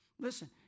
Listen